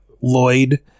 Lloyd